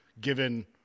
given